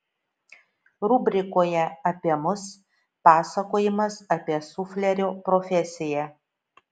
rubrikoje apie mus pasakojimas apie suflerio profesiją